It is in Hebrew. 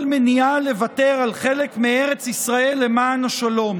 מניעה לוותר על חלק מארץ ישראל למען השלום,